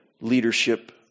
leadership